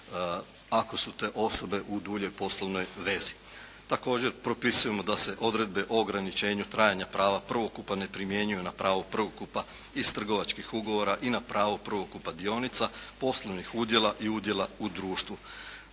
ako su te osobe u duljoj poslovnoj vezi. Također propisujemo da se odredbe o ograničenju trajanja prava prvokupa ne primjenjuju na pravo prvokupa iz trgovačkih ugovora i na pravo prvokupa dionica, poslovnih udjela i udjela u društvu.